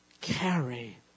Carry